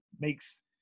makes